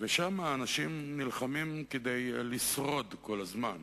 ושם האנשים נלחמים כדי לשרוד כל הזמן.